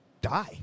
die